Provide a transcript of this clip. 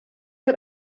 hat